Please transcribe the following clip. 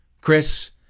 Chris